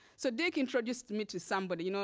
so dick introduced me to somebody you know